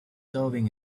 serving